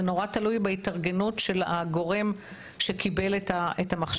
זה נורא תלוי בהתארגנות של הגורם שקיבל את המכשיר,